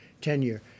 tenure